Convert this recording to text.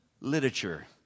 literature